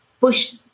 push